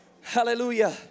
Hallelujah